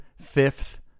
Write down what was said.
fifth